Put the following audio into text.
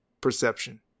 perception